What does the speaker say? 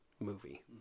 movie